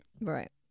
right